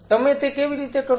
તમે તે કેવી રીતે કરશો